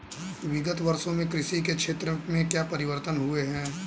विगत वर्षों में कृषि के क्षेत्र में क्या परिवर्तन हुए हैं?